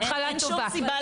התחלה טובה.